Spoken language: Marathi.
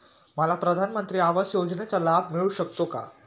मला प्रधानमंत्री आवास योजनेचा लाभ मिळू शकतो का?